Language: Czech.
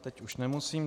Teď už nemusím.